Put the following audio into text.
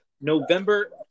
November